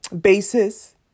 basis